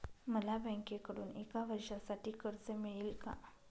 मला बँकेकडून एका वर्षासाठी कर्ज मिळेल का?